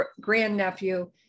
grandnephew